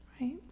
right